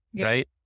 right